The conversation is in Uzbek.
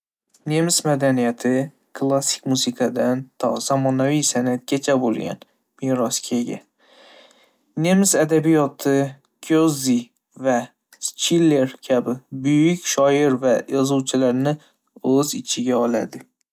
Nemis madaniyati, klassik musiqadan to zamonaviy san'atgacha bo'lgan boy merosga ega. Nemis adabiyoti, Goethe va Schiller kabi buyuk shoir va yozuvchilarni o'z ichiga oladi.